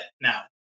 now